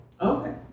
Okay